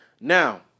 Now